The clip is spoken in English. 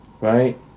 Right